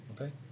Okay